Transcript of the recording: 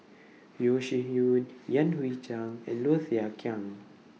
Yeo Shih Yun Yan Hui Chang and Low Thia Khiang